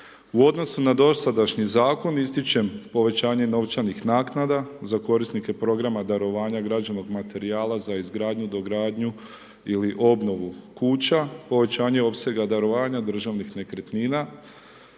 U odnosu na dosadašnji Zakon, ističem povećanje novčanih naknada za korisnike programa darovanja građevnog materijala za izgradnju, dogradnju ili obnovu kuća. Povećanje opsega darovanja državnih nekretnina,